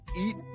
eat